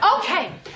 Okay